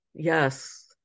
Yes